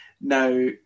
Now